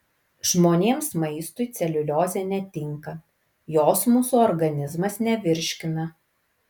žmonėms maistui celiuliozė netinka jos mūsų organizmas nevirškina